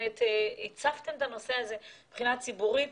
אתם באמת הצפתם את הנושא הזה מבחינה ציבורית.